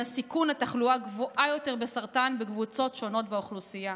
הסיכון לתחלואה גבוהה יותר של סרטן בקבוצות שונות באוכלוסייה.